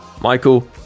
michael